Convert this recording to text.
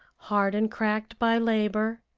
hard and cracked by labor,